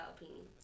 opinions